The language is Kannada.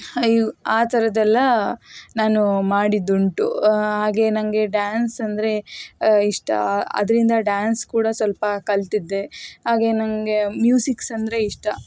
ಆ ಥರದ್ದೆಲ್ಲ ನಾನು ಮಾಡಿದ್ದುಂಟು ಹಾಗೆ ನನಗೆ ಡ್ಯಾನ್ಸ್ ಅಂದರೆ ಇಷ್ಟ ಅದರಿಂದ ಡ್ಯಾನ್ಸ್ ಕೂಡ ಸ್ವಲ್ಪ ಕಲಿತಿದ್ದೆ ಹಾಗೆ ನನಗೆ ಮ್ಯೂಸಿಕ್ಸ್ ಅಂದರೆ ಇಷ್ಟ